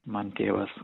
man tėvas